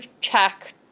check